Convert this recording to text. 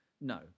No